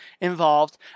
involved